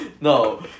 No